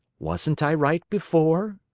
wasn't i right before?